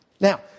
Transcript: Now